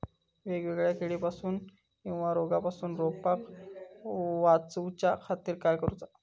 वेगवेगल्या किडीपासून किवा रोगापासून रोपाक वाचउच्या खातीर काय करूचा?